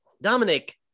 Dominic